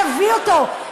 תביא אותו.